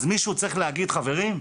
אז מישהו צריך להגיד: חברים,